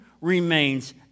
remains